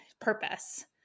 purpose